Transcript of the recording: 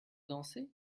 danser